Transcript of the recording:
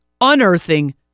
unearthing